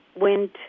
went